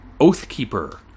Oathkeeper